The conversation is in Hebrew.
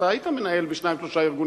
אתה היית מנהל בשניים, שלושה ארגונים.